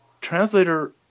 Translator